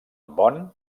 bonn